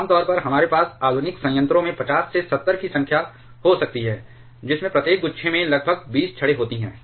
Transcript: आमतौर पर हमारे पास आधुनिक संयंत्रों में 50 से 70 की संख्या हो सकती है जिसमें प्रत्येक गुच्छे में लगभग 20 छड़ें होती हैं